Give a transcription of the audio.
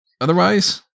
Otherwise